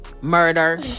murder